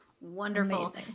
wonderful